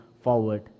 forward